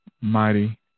mighty